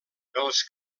els